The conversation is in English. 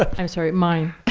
ah i'm sorry. mine.